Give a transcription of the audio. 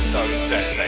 Sunset